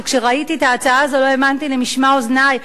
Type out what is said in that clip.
שכשראיתי את ההצעה הזו לא האמנתי למראה עיני: